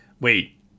Wait